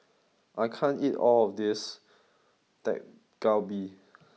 I can't eat all of this Dak Galbi